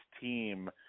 team